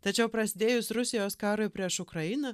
tačiau prasidėjus rusijos karui prieš ukrainą